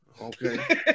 Okay